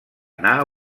anar